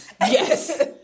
Yes